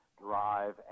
drive